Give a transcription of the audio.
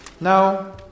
Now